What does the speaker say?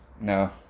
No